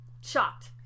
Shocked